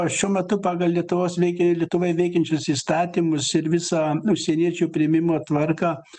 šiuo metu pagal lietuvos veikia lietuvoj veikiančius įstatymus ir visą užsieniečių priėmimo tvarką